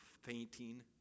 fainting